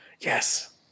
Yes